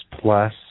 Plus